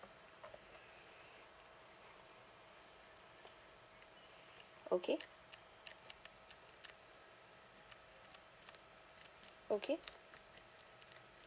okay okay